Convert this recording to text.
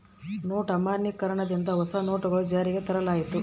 note ಅಮಾನ್ಯೀಕರಣ ದಿಂದ ಹೊಸ ನೋಟುಗಳು ಜಾರಿಗೆ ತರಲಾಯಿತು